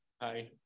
hi